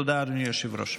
תודה, אדוני היושב-ראש.